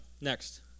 Next